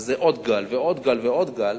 וזה עוד גל ועוד גל ועוד גל,